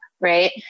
right